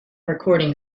recording